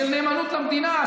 של נאמנות למדינה,